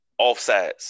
offsides